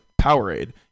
Powerade